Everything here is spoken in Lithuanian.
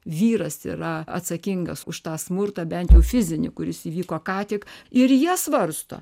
vyras yra atsakingas už tą smurtą bent jau fizinį kuris įvyko ką tik ir jie svarsto